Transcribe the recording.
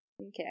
Okay